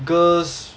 girls